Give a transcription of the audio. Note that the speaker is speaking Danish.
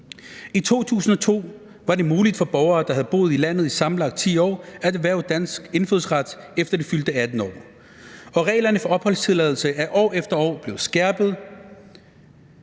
I 2002 var det muligt for borgere, der havde boet i landet i sammenlagt 10 år, at erhverve dansk indfødsret efter det fyldte 18. år, og reglerne for opholdstilladelse er år efter år blevet skærpet